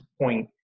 point